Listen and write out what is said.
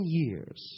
years